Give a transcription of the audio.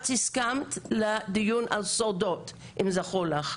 הסכמת לדיון על שורדות, אם זכור לך.